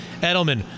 Edelman